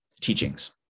teachings